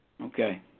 Okay